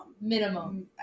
Minimum